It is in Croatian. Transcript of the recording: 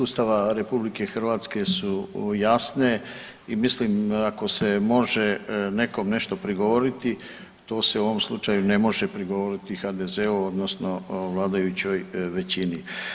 Ustava RH su jasne i mislim ako se može nekom nešto prigovoriti to se u ovom slučaju ne može prigovoriti HDZ-u odnosno vladajućoj većini.